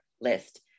list